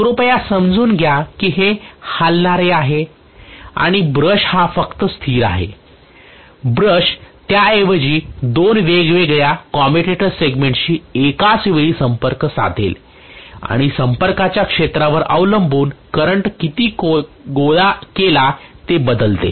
कृपया समजून घ्या की हे हलणारे आहे आणि ब्रश हा फक्त स्थिर आहे ब्रश त्याऐवजी दोन वेगवेगळ्या कम्युटेटर सेगमेंट शी एकाचवेळी संपर्क साधेल आणि संपर्काच्या क्षेत्रावर अवलंबून करंट किती गोळा केला हे बदलते